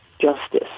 justice